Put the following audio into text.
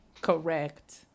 Correct